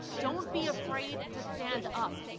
don't be afraid to stand up,